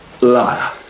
Liar